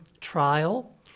trial